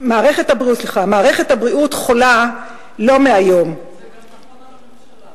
מערכת הבריאות חולה לא מהיום זה גם נכון על הממשלה.